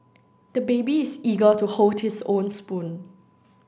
the baby is eager to hold his own spoon